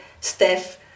Steph